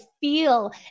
feel